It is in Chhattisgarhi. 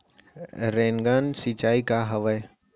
रेनगन सिंचाई का हवय?